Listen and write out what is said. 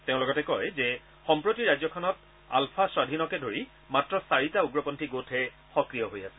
তেওঁ লগতে কয় যে সম্প্ৰতি ৰাজ্যখনত আলফা স্বধীনকে ধৰি মাত্ৰ চাৰিটা উগ্ৰপন্থী গোটহে সক্ৰিয় হৈ আছে